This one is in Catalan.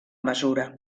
mesura